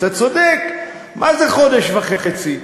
אתה צודק, מה זה חודש וחצי?